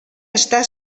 està